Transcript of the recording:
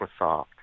Microsoft